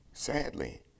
Sadly